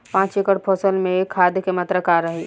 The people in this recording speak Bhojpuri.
पाँच एकड़ फसल में खाद के मात्रा का रही?